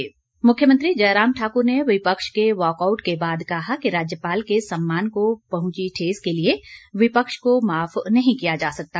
मुख्यमंत्री मुख्यमंत्री जयराम ठाकुर ने विपक्ष के वाकआउट के बाद कहा कि राज्यपाल के सम्मान को पहुंची ठेस के लिए विपक्ष को माफ नहीं किया जा सकता